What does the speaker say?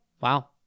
Wow